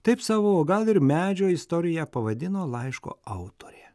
taip savo o gal ir medžio istoriją pavadino laiško autorė